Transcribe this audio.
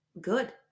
good